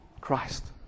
Christ